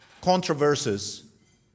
controversies